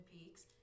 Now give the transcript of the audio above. Peaks